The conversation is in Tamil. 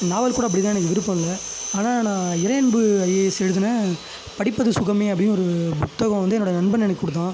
நாவல் கூட அப்படி தான் எனக்கு விருப்பம் இல்லை ஆனால் நான் இறையன்பு ஐஏஎஸ் எழுதின படிப்பது சுகமே அப்படின்னு ஒரு புத்தகம் வந்து என்னோடய நண்பன் எனக்கு கொடுத்தான்